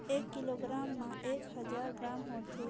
एक किलोग्राम म एक हजार ग्राम होथे